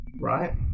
Right